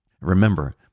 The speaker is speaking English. Remember